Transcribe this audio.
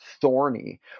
thorny